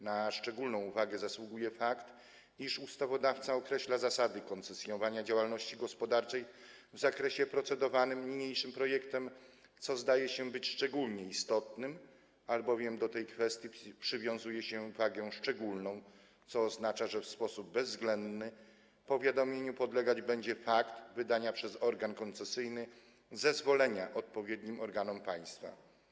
Na szczególną uwagę zasługuje fakt, iż ustawodawca określa zasady koncesjonowania działalności gospodarczej w zakresie objętym procedowanym projektem, co zdaje się być szczególnie istotne, albowiem do tej kwestii przywiązuje się wagę szczególną, co oznacza, że w sposób bezwzględny powiadomieniu podlegać będzie fakt wydania przez organ koncesyjny zezwolenia odpowiednim organom państwa.